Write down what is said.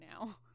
now